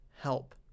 help